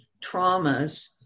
traumas